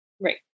Right